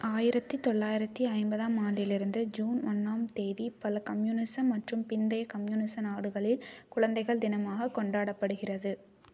ஆயிரத்தி தொள்ளாயிரத்தி ஐம்பதாம் ஆண்டிலிருந்து ஜூன் ஒன்றாம் தேதி பல கம்யூனிச மற்றும் பிந்தைய கம்யூனிச நாடுகளில் குழந்தைகள் தினமாக கொண்டாடப்படுகிறது